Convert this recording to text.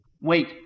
wait